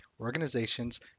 organizations